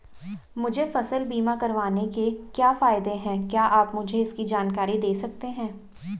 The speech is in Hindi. मुझे फसल बीमा करवाने के क्या फायदे हैं क्या आप मुझे इसकी जानकारी दें सकते हैं?